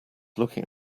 looking